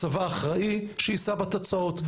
הצבא אחראי, שיישא בתוצאות.